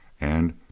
And